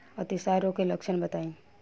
अतिसार रोग के लक्षण बताई?